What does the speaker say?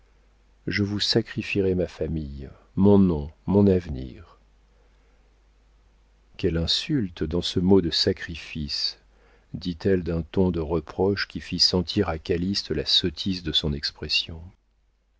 je vous sacrifierais ma famille mon nom mon avenir quelle insulte dans ce mot de sacrifices dit-elle d'un ton de reproche qui fit sentir à calyste la sottise de son expression